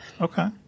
Okay